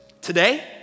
Today